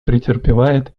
претерпевает